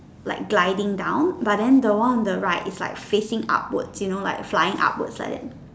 like gliding down but then the one on the right is like facing upwards you know like flying upwards like that